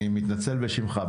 אני מתנצל בשמך,